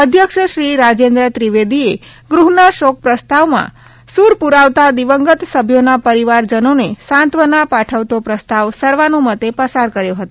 અધ્યક્ષ શ્રી રાજેન્દ ત્રિવેદીએ ગૃહના શોક પ્રસ્તાવમાં સુર પુરાવતા દિવગંત સભ્યોના પરિવારજનોને સાંતવના પાઠવતો પ્રસ્તાવ સર્વાનુમતે પસાર કર્યો હતો